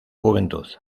juventud